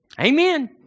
Amen